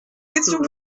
étions